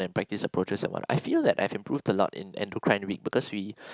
and practice approaches at wh~ I feel like that I improved a lot in endocrine read because we